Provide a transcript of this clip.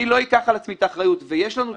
אני לא אקח על עצמי את האחריות ויש לנו תשובה